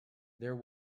there